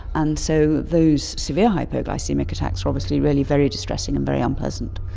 and so those severe hypoglycaemic attacks are obviously really very distressing and very unpleasant.